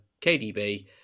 KDB